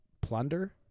plunder